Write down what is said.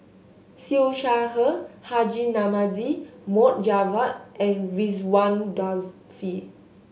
Siew Shaw Her Haji Namazie Mohd Javad and Ridzwan Dzafir